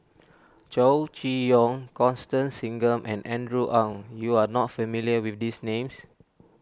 Chow Chee Yong Constance Singam and Andrew Ang you are not familiar with these names